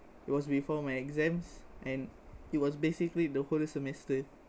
it was before my exams and it was basically the whole semester